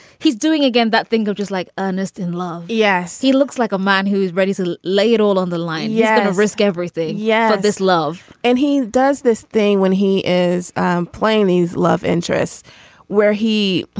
he's doing again that thing just like earnest in love yes he looks like a man who's ready to lay it all on the line yeah and risk everything. yeah this love and he does this thing when he is playing these love interest where he